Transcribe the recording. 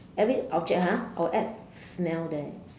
every object ha I will add smell there